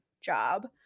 job